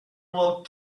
will